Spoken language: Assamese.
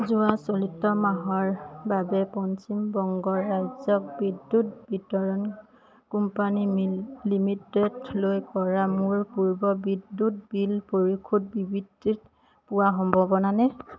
যোৱা চলিত মাহৰ বাবে পশ্চিম বংগ ৰাজ্যক বিদ্যুৎ বিতৰণ কোম্পানী মিন লিমিটেডলৈ কৰা মোৰ পূৰ্বৰ বিদ্যুৎ বিল পৰিশোধ বিবৃতি পোৱা সম্ভৱনে